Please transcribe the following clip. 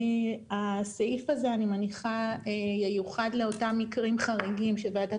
אני מניחה שהסעיף הזה ייוחד לאותם מקרים חריגים שוועדת